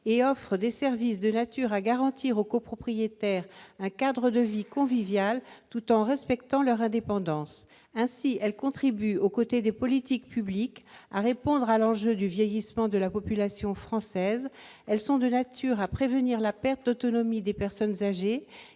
offrent des services qui garantissent aux copropriétaires un cadre de vie convivial tout en respectant leur indépendance. Elles contribuent ainsi, aux côtés des politiques publiques, à répondre à l'enjeu du vieillissement de la population française ; elles sont de nature à prévenir la perte d'autonomie des personnes âgées